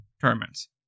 tournaments